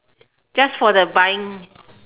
just for the buying